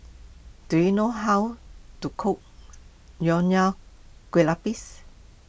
do you know how to cook Nonya Kueh Lapis